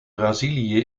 brazilië